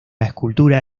escultura